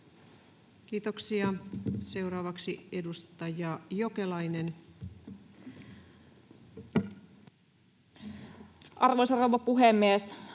Kiitoksia. — Seuraavaksi edustaja Jokelainen. Arvoisa rouva puhemies!